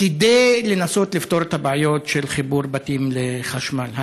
כדי לנסות לפתור את הבעיות של חיבור בתים לחשמל.